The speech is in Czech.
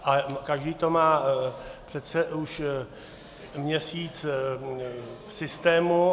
A každý to má přece už měsíc v systému.